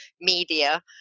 media